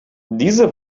diese